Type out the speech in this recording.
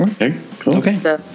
Okay